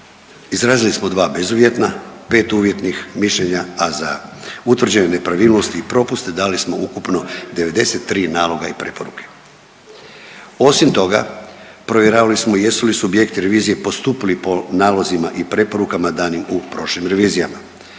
Izrazili smo dva bezuvjetna, pet uvjetnih mišljenja, a za utvrđene nepravilnosti i propuste dali smo ukupno 93 naloga i preporuke. Osim toga provjeravali smo jesu li subjekti revizije postupili po nalozima i preporukama danim u prošlim revizijama.